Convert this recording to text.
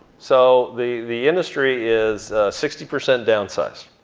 so the the industry is sixty percent downsized.